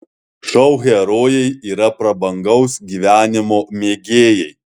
šou herojai yra prabangaus gyvenimo mėgėjai